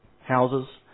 houses